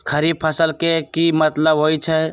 खरीफ फसल के की मतलब होइ छइ?